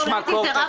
זה 3 מיליון שקלים.